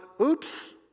oops